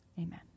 Amen